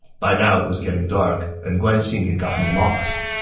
by now, it was getting dark, and guan xing had gotten lost.